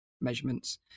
measurements